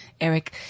Eric